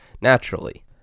naturally